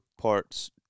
parts